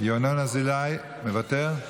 ינון אזולאי, מוותר,